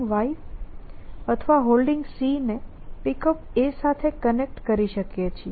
y અથવા Holding ને Pickup સાથે કનેક્ટ કરી શકીએ છીએ